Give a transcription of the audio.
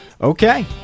Okay